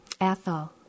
Athol